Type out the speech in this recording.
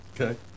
Okay